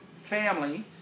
family